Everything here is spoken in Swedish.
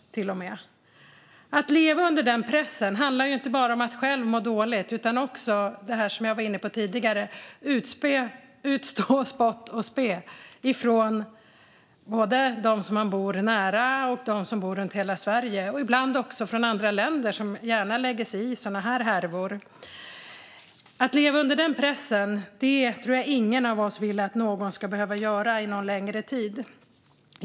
Att leva under den pressen handlar inte bara om att själv må dåligt utan också om det som jag var inne på tidigare - att utstå spott och spe från både dem som man bor nära och dem som bor runt om i hela Sverige och ibland också från andra länder, som gärna lägger sig i sådana här härvor. Ingen av oss vill nog att någon ska behöva leva under den pressen någon längre tid.